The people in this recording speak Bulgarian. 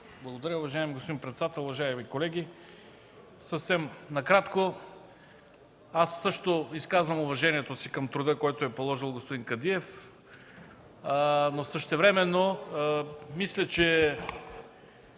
Благодаря, уважаеми господин председател. Уважаеми колеги, съвсем накратко. Аз също изказвам уважението си към труда, който е положил господин Кадиев, но същевременно мисля, че